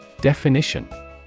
Definition